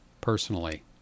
Personally